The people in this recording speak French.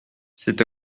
c’est